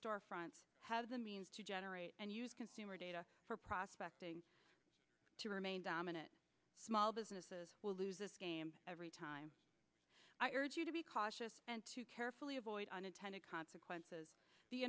store fronts as a means to generate and use consumer data for prospects to remain dominant small businesses will lose this game every time i urge you to be cautious and to carefully avoid unintended consequences the